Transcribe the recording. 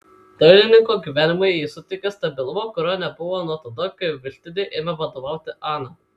dailininko gyvenimui ji suteikė stabilumo kurio nebuvo nuo tada kai vištidei ėmė vadovauti ana